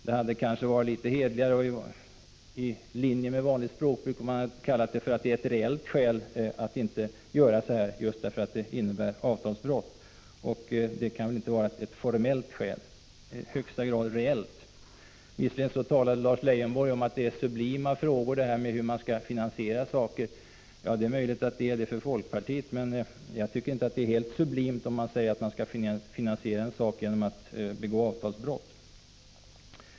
Det hade kanske varit litet hederligare och i linje med vanligt språkbruk om man i stället skrivit att det finns ett reellt skäl till att inte göra så, nämligen just att det innebär ett avtalsbrott. Det är väl inte fråga om något formellt skäl, utan det är i högsta grad ett reellt skäl. Visserligen sade Lars Leijonborg att detta hur man finansierar olika verksamheter är sublima frågor. Kanske är det så för folkpartiet, men jag tycker inte att det är helt sublimt om man säger att man skall finansiera något genom att begå avtalsbrott.